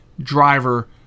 driver